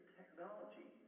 technology